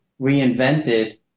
reinvented